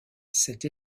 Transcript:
cette